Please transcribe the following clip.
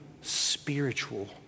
spiritual